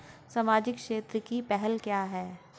सामाजिक क्षेत्र की पहल क्या हैं?